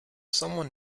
someone